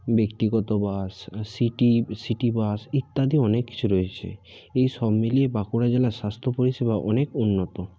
ব্যক্তিগত bus city city bus ইত্যাদিও অনেক কিছু রয়েছে এই সব মিলিয়ে বাঁকুড়া জেলার স্বাস্থ্য পরিষেবা অনেক উন্নত